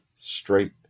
straight